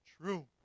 true